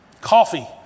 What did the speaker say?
Coffee